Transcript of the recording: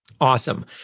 Awesome